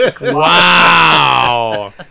Wow